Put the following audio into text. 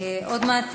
עוד מעט,